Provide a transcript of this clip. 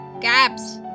caps